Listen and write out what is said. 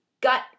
gut